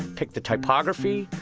pick the typography,